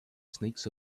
snakes